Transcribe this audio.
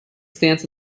stance